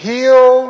Heal